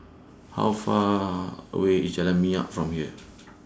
How Far away IS Jalan Minyak from here